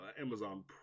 Amazon